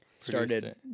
started